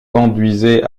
conduisait